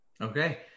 Okay